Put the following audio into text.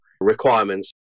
requirements